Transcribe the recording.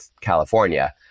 California